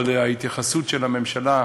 אבל ההתייחסות של הממשלה,